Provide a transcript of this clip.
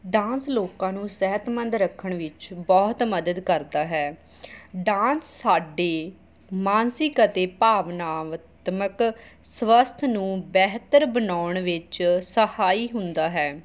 dance ਲੋਕਾਂ ਨੂੰ ਸਿਹਤਮੰਦ ਰੱਖਣ ਵਿੱਚ ਬਹੁਤ ਮਦਦ ਕਰਦਾ ਹੈ ਡਾਂਸ ਸਾਡੇ ਮਾਨਸਿਕ ਅਤੇ ਭਾਵਨਾਤਮਕ ਸਵਸਥ ਨੂੰ ਬਿਹਤਰ ਬਣਾਉਣ ਵਿੱਚ ਸਹਾਈ ਹੁੰਦਾ ਹੈ